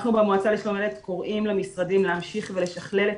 אנחנו במועצה לשלום הילד קוראים למשרדים להמשיך ולשכלל את